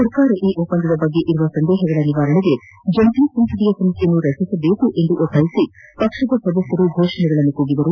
ಸರ್ಕಾರ ಈ ಒಪ್ಪಂದದ ಬಗ್ಗೆ ಇರುವ ಸಂದೇಹಗಳ ನಿವಾರಣೆಗೆ ಜಂಟಿ ಸಂಸದೀಯ ಸಮಿತಿಯನ್ನು ರಚಿಸಬೇಕು ಎಂದು ಒತ್ತಾಯಿಸಿ ಪಕ್ಷದ ಸದಸ್ಯರು ಘೋಷಣೆಗಳನ್ನು ಕೂಗಿದರು